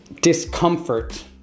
discomfort